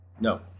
no